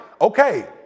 okay